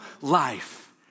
life